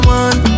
one